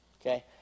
okay